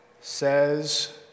says